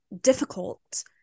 difficult